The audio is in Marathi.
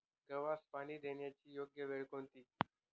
गव्हास पाणी देण्याची योग्य वेळ कोणती?